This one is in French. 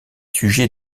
sujets